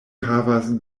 havas